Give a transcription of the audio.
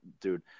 dude